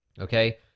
Okay